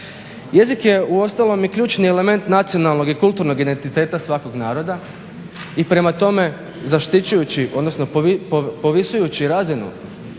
Jezik je u ostalom i ključni element nacionalnog i kulturnog identiteta svakog naroda i prema tome zaštićujući odnosno povisujući razinu